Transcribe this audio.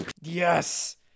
Yes